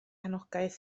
anogaeth